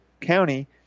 County